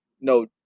No